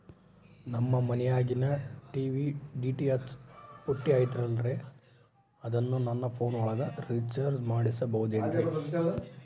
ನಮ್ಮ ಮನಿಯಾಗಿನ TV DTH ಪುಟ್ಟಿ ಐತಲ್ರೇ ಅದನ್ನ ನನ್ನ ಪೋನ್ ಒಳಗ ರೇಚಾರ್ಜ ಮಾಡಸಿಬಹುದೇನ್ರಿ?